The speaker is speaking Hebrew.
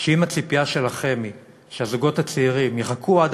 שאם הציפייה שלכם היא שהזוגות הצעירים יחכו עד